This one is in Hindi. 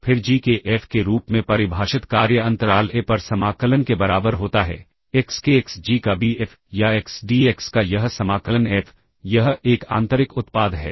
फिर जी के एफ के रूप में परिभाषित कार्य अंतराल ए पर समाकलन के बराबर होता है एक्स के एक्स जी का बी एफ या एक्स डी एक्स का यह समाकलन एफ यह एक आंतरिक उत्पाद है